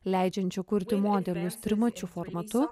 leidžiančią kurti modelius trimačiu formatu